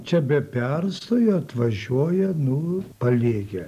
čia be perstojo atvažiuoja nu paliegę